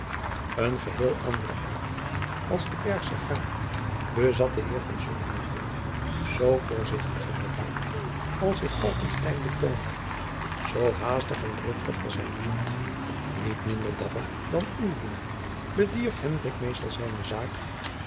een geheel anderen aart als de bergsche graaf bezat de heer van sonheuvel zoo voorzichtig en bedaard als zich falckestein betoonde zoo haastig en driftig was zijn vriend niet minder dapper dan ulrich bedierf hendrik meestal zijne zaak